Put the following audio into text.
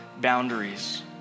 boundaries